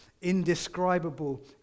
indescribable